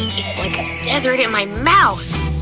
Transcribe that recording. it's like a desert in my mouth!